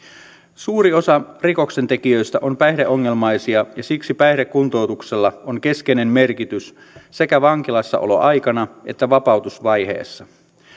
suuri osa rikoksentekijöistä on päihdeongelmaisia ja siksi päihdekuntoutuksella on keskeinen merkitys sekä vankilassaoloaikana että vapautusvaiheessa